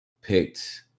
picked